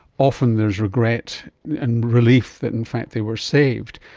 often there's regret and relief that in fact they were saved.